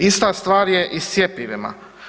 Ista stvar je i s cjepivima.